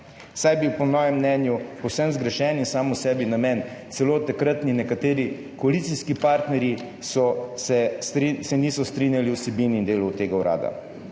je bil po mojem mnenju povsem zgrešen in sam sebi namen, celo nekateri takratni koalicijski partnerji se niso strinjali z vsebino in delom tega urada,